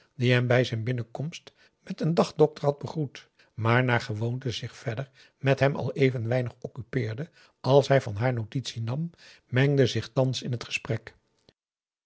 die hem bij zijn binnenkomst met een dag dokter had begroet maar naar gewoonte zich verder met hem al even weinig occupeerde als hij van haar notitie nam mengde zich thans in het gesprek